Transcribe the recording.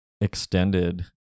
extended